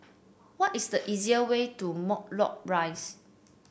what is the easier way to Matlock Rise